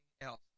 else